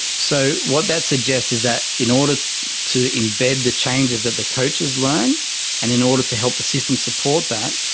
so what that suggests is that in order to embed the changes that the coaches learn and in order to help the system support that,